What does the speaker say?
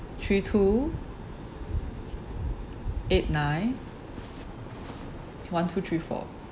three two eight nine one two three four